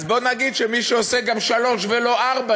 אז בואי נגיד שמי שעושה גם שלוש ולא ארבע,